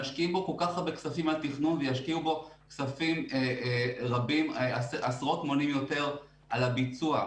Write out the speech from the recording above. על תכנון וישקיעו בו כספים רבים עשרות מונים יותר בביצוע,